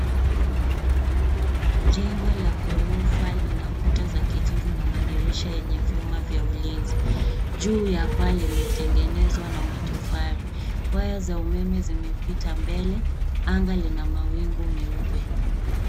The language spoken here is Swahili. Jengo la ghorofa lina kuta za kijivu na madirisha yenye vyuma vya ulinzi. Juu ya paa limetengenezwa na matofali. Waya za umeme zimepita mbele. Anga lina mawingu meupe.